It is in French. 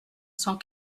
cent